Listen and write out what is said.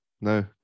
no